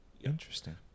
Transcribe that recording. interesting